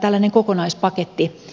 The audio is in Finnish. tällainen kokonaispakettiesitys valmistelussa